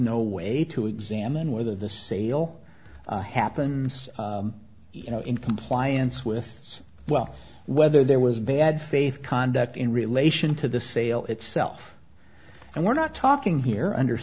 no way to examine whether the sale happens you know in compliance with its well whether there was bad faith conduct in relation to the sale itself and we're not talking here under